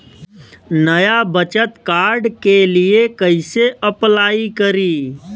नया बचत कार्ड के लिए कइसे अपलाई करी?